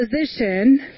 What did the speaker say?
position